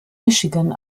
michigan